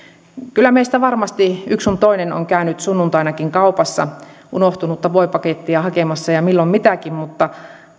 kyllä meistä varmasti yksi sun toinen on käynyt sunnuntainakin kaupassa unohtunutta voipakettia hakemassa ja milloin mitäkin mutta